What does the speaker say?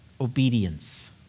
obedience